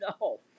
no